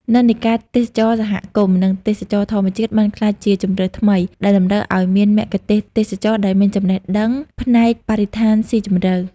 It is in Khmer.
និន្នាការទេសចរណ៍សហគមន៍ និងទេសចរណ៍ធម្មជាតិបានក្លាយជាជម្រើសថ្មី ដែលតម្រូវឱ្យមានមគ្គុទ្ទេសក៍ទេសចរណ៍ដែលមានចំណេះដឹងផ្នែកបរិស្ថានស៊ីជម្រៅ។